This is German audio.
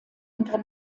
unter